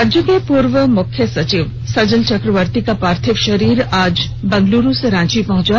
राज्य के पूर्व मुख्य सचिव सजल चक्रवर्ती का पार्थिव शरीर आज बेंगलुरू से रांची पहुंचा